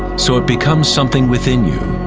so it becomes something within you,